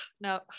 no